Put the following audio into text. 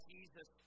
Jesus